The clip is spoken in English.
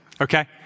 Okay